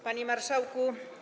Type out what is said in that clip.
Panie Marszałku!